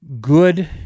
good